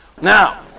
Now